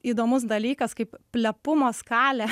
įdomus dalykas kaip plepumo skalė